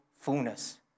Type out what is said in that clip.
fullness